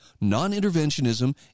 non-interventionism